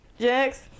Jax